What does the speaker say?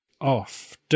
off